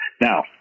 Now